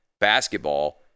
basketball